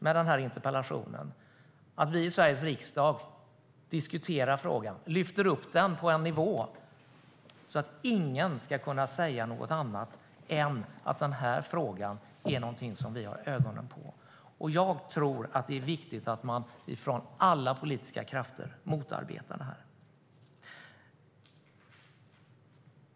Med den här interpellationen vill jag att vi i Sveriges riksdag diskuterar frågan, lyfter upp den på en nivå så att ingen ska kunna säga något annat än att den här frågan är något som vi har ögonen på. Jag tror att det är viktigt att man från alla politiska krafter motarbetar detta.